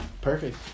perfect